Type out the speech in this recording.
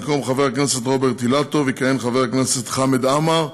במקום חבר הכנסת רוברט אילטוב יכהן חבר הכנסת חמד עמאר,